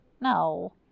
No